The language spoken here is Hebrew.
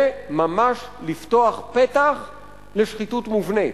זה ממש לפתוח פתח לשחיתות מובנית.